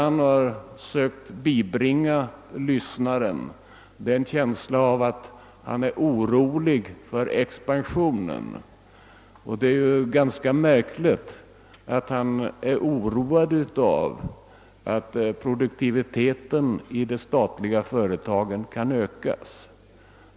Han har endast sökt bibringa lyssnarna en känsla av att han är orolig för expansionen, och det är ju ganska märkligt att han är oroad av att produktiviteten hos de statliga företagen kan ökas.